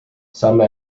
some